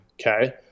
Okay